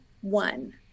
one